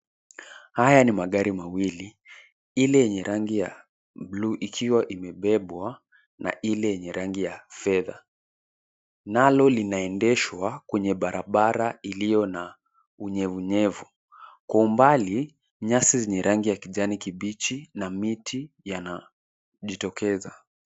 Haya ni magari mawili, ile yenye rangi ya buluu ikiwa imebebwa na ile yenye rangi ya fedha, nalo linaendeshwa kwenye barabara iliyo na unyevunyevu. Kwa umbali nyasi zenye rangi ya kijani kibichi na miti yanajitokeza.